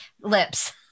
lips